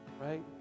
right